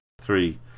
three